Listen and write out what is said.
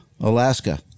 Alaska